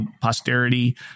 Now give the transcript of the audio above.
posterity